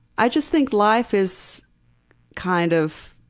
i just think life is kind of